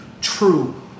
true